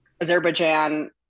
Azerbaijan